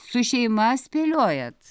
su šeima spėliojat